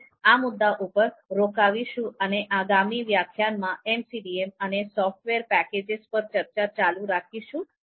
આપણે આ મુદ્દા ઉપર રોકાવીશું અને આગામી વ્યાખ્યાનમાં MCDM અને સોફ્ટવેર પેકેજીસ પર ચર્ચા ચાલુ રાખીશું